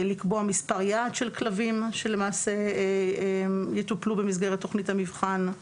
לקבוע מספר יעד של כלבים שלמעשה יטופלו במסגרת תוכנית המבחן;